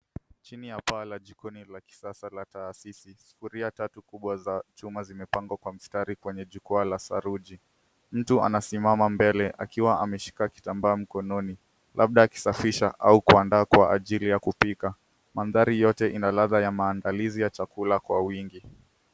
Chini ya paa la jikoni la kisasa la taasisi, sufuria tatu kubwa za chuma zimepangwa kwa mstari kwenye jukwaa la saruji. Mtu anasimama mbele akiwa ameshika kitambaa mkononi, labda akisafisha au kuandaa kwa ajili ya kupika. Mandhari yote ina ladha ya maandalizi ya chakula kwa wingi.